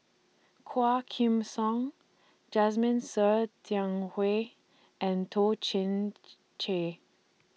Quah Kim Song Jasmine Ser Xiang Wei and Toh Chin Chye